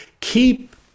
keep